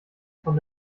von